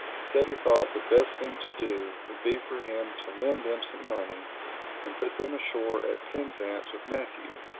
said he thought the best thing to do would be for him to lend them some money and put them ashore at penzance with matthew.